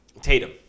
Tatum